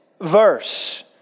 verse